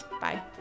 Bye